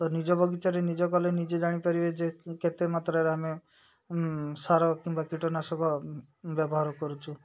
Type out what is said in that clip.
ତ ନିଜ ବଗିଚାରେ ନିଜ କଲେ ନିଜେ ଜାଣିପାରିବେ ଯେ କେତେ ମାତ୍ରାରେ ଆମେ ସାର କିମ୍ବା କୀଟନାଶକ ବ୍ୟବହାର କରୁଛୁ